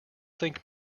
think